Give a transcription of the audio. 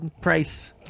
price